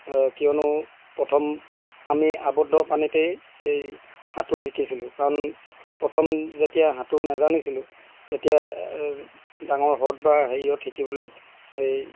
কিয়নো প্ৰথম আবদ্ধ পানীতেই সাঁতোৰ শিকিছিলোঁ কাৰণ প্ৰথম যেতিয়া সাঁতোৰ নাজানিছিলোঁ তেতিয়া ডাঙৰ হ্ৰদ বা হেৰিয়ত শিকিবলৈ